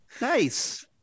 Nice